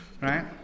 right